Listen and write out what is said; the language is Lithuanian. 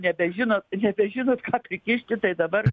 nebežinot nebežinot ką prikišti tai dabar